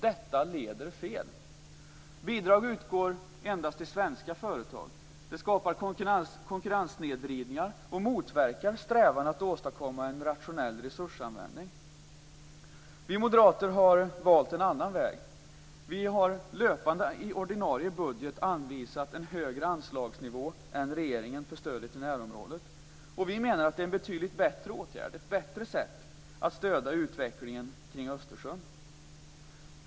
Detta leder fel. Bidrag utgår endast till svenska företag. Det skapar konkurrenssnedvridningar och motverkar strävan att åstadkomma en rationell resursanvändning. Vi moderater har valt en annan väg. Vi har löpande, i ordinarie budget, anvisat en högre anslagsnivå än regeringen för stödet till närområdet. Vi menar att det är en betydligt bättre åtgärd, ett bättre sätt att stödja utvecklingen kring Östersjön.